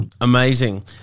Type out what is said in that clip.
amazing